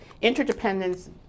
interdependence